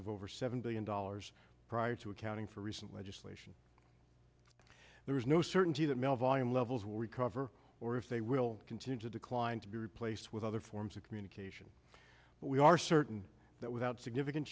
of over seven billion dollars prior to accounting for recent legislation there is no certainty that mail volume levels will recover or if they will continue to decline to be replaced with other forms of communication but we are certain that without significant